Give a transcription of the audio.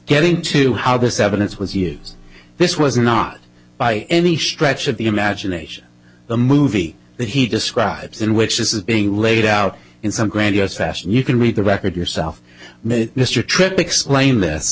getting to how this evidence was used this was not by any stretch of the imagination the movie that he describes in which this is being laid out in some grandiose fashion you can read the record yourself mr tripp explained this